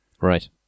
Right